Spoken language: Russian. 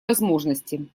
возможности